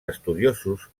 estudiosos